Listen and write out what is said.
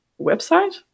website